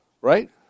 Right